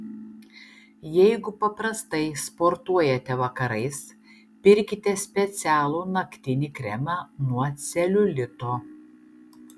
jeigu paprastai sportuojate vakarais pirkite specialų naktinį kremą nuo celiulito